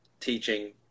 teaching